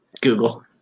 Google